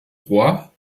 über